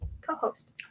co-host